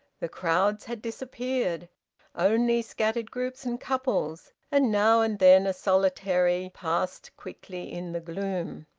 the crowds had disappeared only scattered groups and couples, and now and then a solitary, passed quickly in the gloom.